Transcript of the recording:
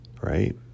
Right